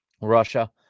Russia